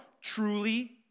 Truly